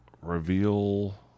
reveal